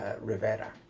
Rivera